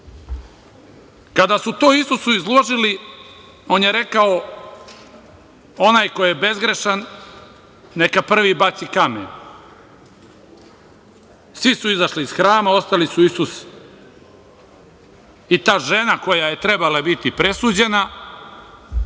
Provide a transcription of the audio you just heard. Kada su to Isusu izložili, on je rekao – onaj ko je bezgrešan neka prvi baci kamen. Svi su izašli iz hrama, ostali su Isus i ta žena kojoj je trebalo biti presuđeno.